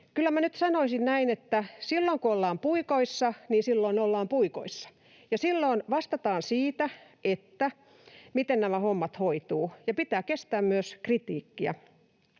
silloin kun ollaan puikoissa, niin silloin ollaan puikoissa, ja silloin vastataan siitä, miten nämä hommat hoituvat, ja pitää myös kestää kritiikkiä.